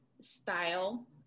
style